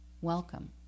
Welcome